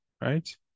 right